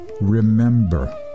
remember